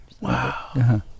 Wow